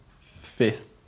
fifth